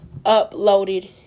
uploaded